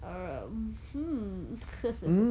um mmhmm